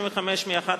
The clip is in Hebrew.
35(11)